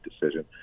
decision